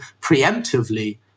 preemptively